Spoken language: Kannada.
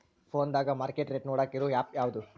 ಫೋನದಾಗ ಮಾರ್ಕೆಟ್ ರೇಟ್ ನೋಡಾಕ್ ಇರು ಆ್ಯಪ್ ಯಾವದು?